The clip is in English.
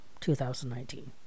2019